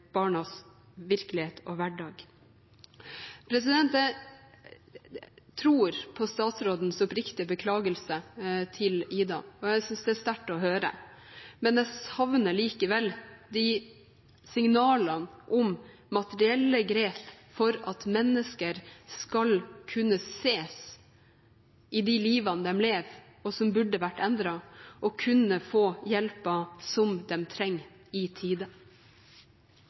barnas virkelighet og hverdag. Jeg tror på statsrådens oppriktige beklagelse til «Ida», og jeg synes det er sterkt å høre, men jeg savner likevel signalene om materielle grep for at mennesker skal kunne ses i det livet de lever, og som burde vært endret, og kunne få hjelpen som de trenger, i tide.